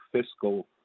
fiscal